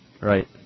Right